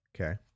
Okay